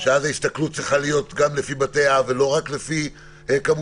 שאז ההסתכלות צריכה להיות גם לפני בתי אב ולא רק לפי כמויות,